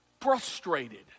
Frustrated